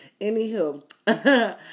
Anywho